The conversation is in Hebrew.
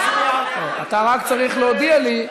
אתה רק צריך להודיע לי.